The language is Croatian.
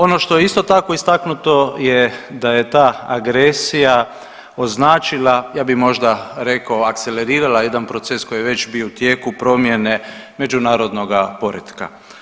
Ono što je isto tako istaknuto je da je ta agresija označila ja bih možda rekao, akcelerirala jedan proces koji je već bio u tijeku promjene međunarodnoga poretka.